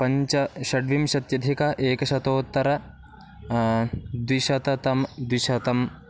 पञ्च षड्विंशत्यधिक एकशतोत्तर द्विशतम् द्विशतम्